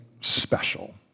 special